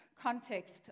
context